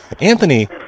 anthony